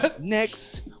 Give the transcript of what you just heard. Next